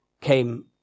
came